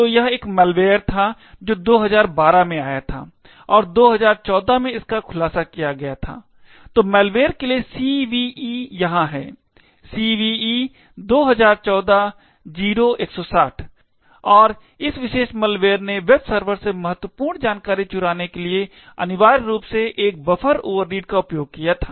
तो यह एक मैलवेयर था जो 2012 में आया था और 2014 में इसका खुलासा किया गया था तो मैलवेयर के लिए CVE यहाँ है CVE 2014-0160 और इस विशेष मैलवेयर ने वेब सर्वर से महत्वपूर्ण जानकारी चुराने के लिए अनिवार्य रूप से एक बफर ओवररीड का उपयोग किया था